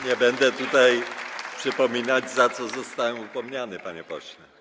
Nie będę tutaj przypominać, za co zostałem upomniany, panie pośle.